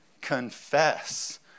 confess